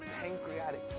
pancreatic